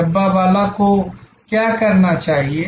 डब्बावाला को क्या करना चाहिए